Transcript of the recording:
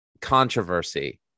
controversy